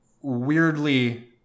weirdly